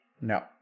No